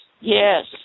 yes